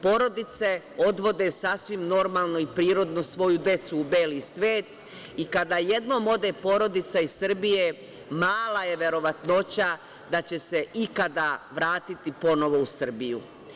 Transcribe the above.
Porodice odvode sasvim normalno i prirodno svoju decu u beli svet i kada jednom ode porodica iz Srbije, mala je verovatnoća da će se ikada vratiti ponovo u Srbiju.